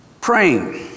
Praying